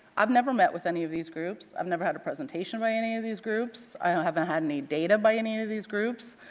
i have never met with any of these groups. i have never had a presentation by any of these groups. i have never had any data by any any of these groups.